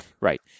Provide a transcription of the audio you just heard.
right